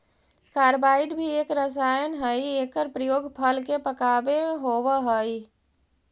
carbide भी एक रसायन हई एकर प्रयोग फल के पकावे होवऽ हई